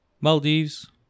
Maldives